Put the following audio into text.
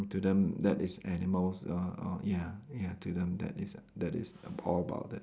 to them that is animals uh uh ya ya to them that is that is all about that